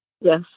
Yes